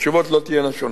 התשובות לא תהיינה שונות.